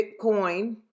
Bitcoin